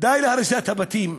להריסת הבתים,